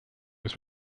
was